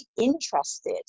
interested